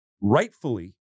rightfully